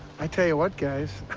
i tell you what, guys.